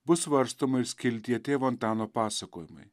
bus svarstoma ir skiltyje tėvo antano pasakojimai